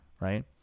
right